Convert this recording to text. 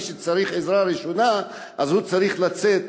מי שצריך עזרה ראשונה צריך לצאת